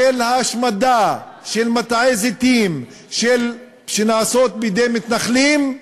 של ההשמדה של מטעי זיתים שנעשים בידי מתנחלים,